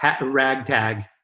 ragtag